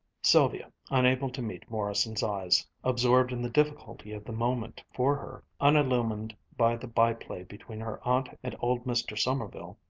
sylvia, unable to meet morrison's eyes, absorbed in the difficulty of the moment for her, unillumined by the byplay between her aunt and old mr. sommerville,